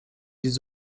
des